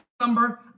number